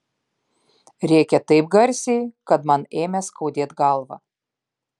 rėkė taip garsiai kad man ėmė skaudėt galvą